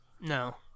No